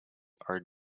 are